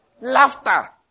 Laughter